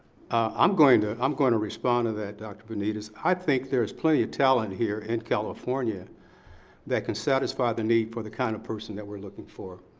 i'm going to um going to respond to that, dr. benitez. i think there is plenty of talent here in california that can satisfy the need for the kind of person that we're looking for.